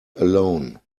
alone